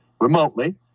remotely